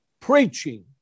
preaching